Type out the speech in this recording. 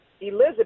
Elizabeth